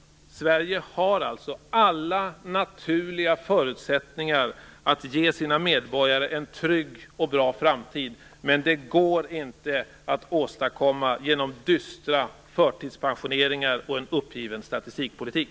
Sverige har alltså alla naturliga förutsättningar att ge sina medborgare en trygg och bra framtid, men det går inte att åstadkomma detta genom dystra förtidspensioneringar och en uppgiven statistikpolitik.